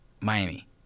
Miami